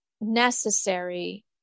necessary